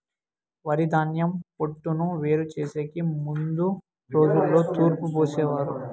వరిధాన్యం పొట్టును వేరు చేసెకి ముందు రోజుల్లో తూర్పు పోసేవారు